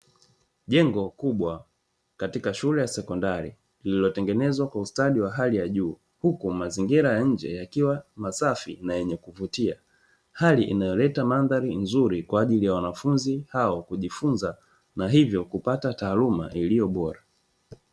Jengo kubwa katika shule ya sekondari lililotengenezwa kwa ustadi wa hali ya juu, huku mazingira ya nje yakiwa masafi na yenye kuvutia hali inayoleta mandhari nzuri kwa wanafunzi hao kujifunza na hivyo kupata taaluma iliyobora.